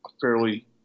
fairly